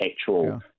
actual